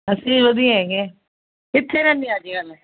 ਅਸੀਂ ਵਧੀਆ ਹੈਗੇ ਕਿੱਥੇ ਰਹਿੰਦੀ ਅੱਜ ਕੱਲ੍ਹ